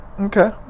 Okay